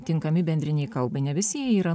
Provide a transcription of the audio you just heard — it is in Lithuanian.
tinkami bendrinei kalbai ne visi jie yra